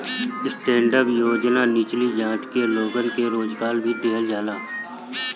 stand up योजना निचली जाति के लोगन के रोजगार भी देहल जाला